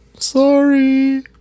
Sorry